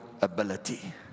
ability